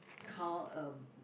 count um